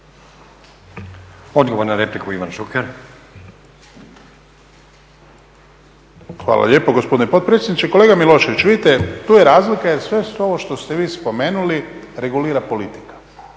Odgovor na repliku Ivan Šuker. **Šuker, Ivan (HDZ)** Hvala lijepo gospodine potpredsjedniče. Kolega Milošević, vidite tu je razlika jer sve ovo što ste vi spomenuli regulira politika